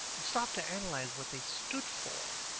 stop to analyze what they stood for.